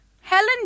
Helen